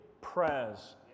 prayers